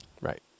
Right